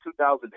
2008